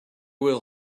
will